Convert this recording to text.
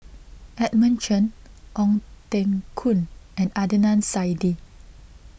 Edmund Chen Ong Teng Koon and Adnan Saidi